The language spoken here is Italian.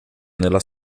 nella